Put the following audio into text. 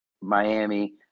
Miami